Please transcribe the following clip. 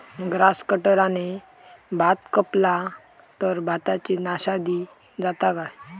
Grass कटराने भात कपला तर भाताची नाशादी जाता काय?